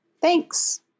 Thanks